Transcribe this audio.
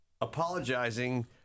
Apologizing